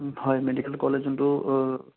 হয় medical college যোনটো